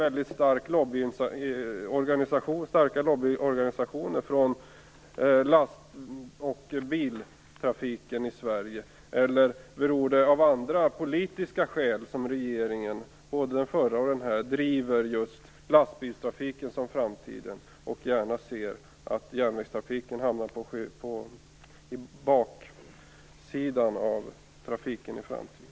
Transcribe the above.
Är lobbyorganisationerna från lastbilstrafiken speciellt starka i Sverige, eller finns det andra politiska skäl till att både den förra och den nuvarande regeringen ser lastbilstrafiken som framtidens trafik och gärna sätter järnvägstrafiken i andra rummet?